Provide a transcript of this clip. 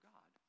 God